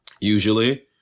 usually